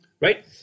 Right